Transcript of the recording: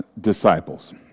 disciples